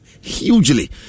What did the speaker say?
hugely